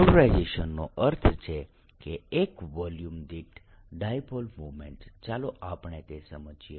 પોલરાઇઝેશનનો અર્થ છે એકમ વોલ્યુમ દીઠ ડાયપોલ મોમેન્ટ ચાલો આપણે તે સમજીએ